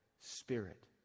Spirit